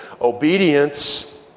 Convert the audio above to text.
Obedience